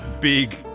big